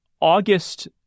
August